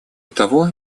того